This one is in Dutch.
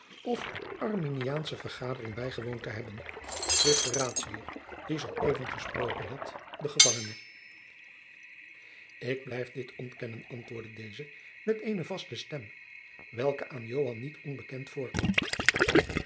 of arminiaansche vergadering bijgewoond te hebben vroeg de raadsheer die zoo even gesproken had den gevangene ik blijf dit ontkennen antwoordde deze met eene vaste stem welke aan joan niet onbekend voorkwam